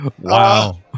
Wow